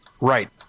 Right